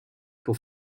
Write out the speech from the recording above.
pour